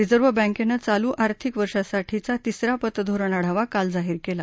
reserve बैंकनं चालू आर्थिक वर्षांसाठीचा तिसरा पतधोरण आढावा काल जाहीर केला